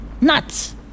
Nuts